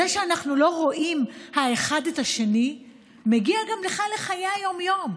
זה שאנחנו לא רואים האחד את השני מגיע גם לחיי היום-יום,